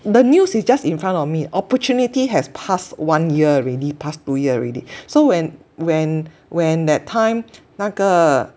the news is just in front of me opportunity has passed one year already pass two year already so when when when that time 那个